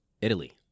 Italy